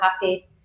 happy